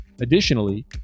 Additionally